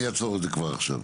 אני אעצור את זה כבר עכשיו.